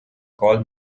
call